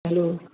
hello